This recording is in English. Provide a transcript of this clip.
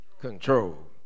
Control